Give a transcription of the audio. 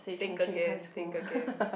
think again think again